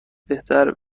بهتر